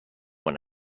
when